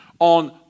On